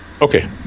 Okay